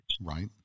Right